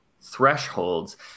thresholds